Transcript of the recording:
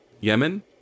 Yemen